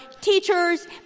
teachers